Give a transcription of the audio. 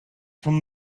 from